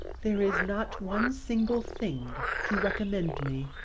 there is not one single thing to recommend me.